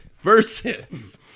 Versus